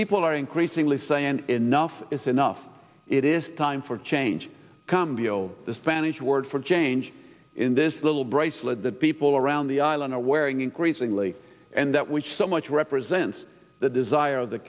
people are increasingly saying enough is enough it is time for change cambio the spanish word for change in this little bracelet that people around the island are wearing increasingly and that which so much represents the desire of the